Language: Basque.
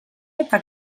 eta